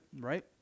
right